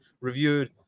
reviewed